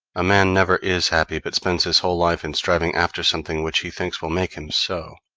a man never is happy, but spends his whole life in striving after something which he thinks will make him so